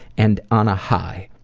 and on a high.